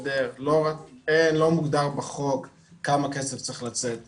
לא מוגדר בחוק כמה כסף צריך לצאת ל-MRI,